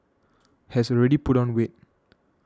has already put on weight